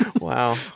wow